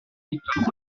victoire